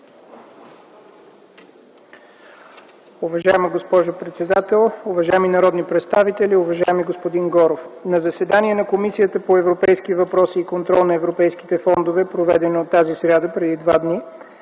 Уважаема госпожо председател, уважаеми народни представители, уважаеми господин Горов! На заседание на Комисията по европейските въпроси и контрол на европейските фондове, проведена тази сряда, преди два дни,